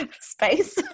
space